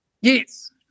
Yes